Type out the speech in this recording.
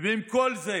ועם כל זה